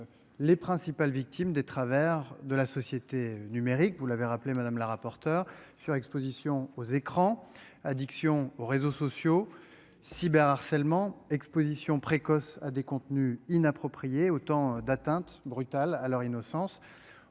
Les principales victimes des travers de la société numérique. Vous l'avez rappelé madame la rapporteure. Surexposition aux écrans addiction aux réseaux sociaux cyber harcèlement Exposition précoce à des contenus inappropriés autant d'atteintes brutale à leur innocence.